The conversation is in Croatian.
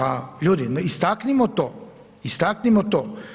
A ljudi, istaknimo to, istaknimo to.